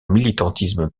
militantisme